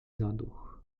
zaduch